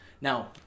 Now